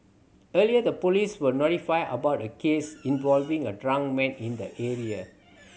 earlier the police were notified about a case involving a drunk man in the area